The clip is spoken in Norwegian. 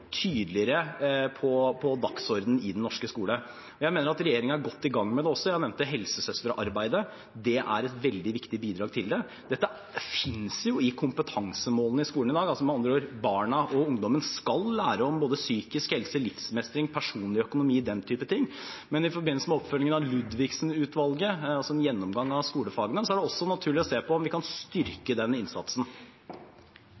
tydeligere på dagsordenen i den norske skole. Jeg mener at regjeringen er godt i gang med det også – jeg nevnte helsesøsterarbeidet. Det er et veldig viktig bidrag til det. Dette finnes jo i kompetansemålene i skolen i dag – med andre ord skal barna og ungdommen lære om både psykisk helse, livsmestring, personlig økonomi og den typen ting. Men i forbindelse med oppfølgingen av Ludvigsen-utvalget, altså en gjennomgang av skolefagene, er det også naturlig å se på om vi kan